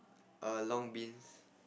err long beans